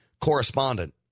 correspondent